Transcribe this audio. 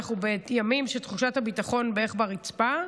אנחנו בימים שתחושת הביטחון בערך ברצפה.